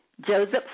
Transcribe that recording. Joseph